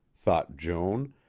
thought joan,